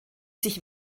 sich